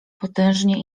potężnie